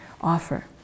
offer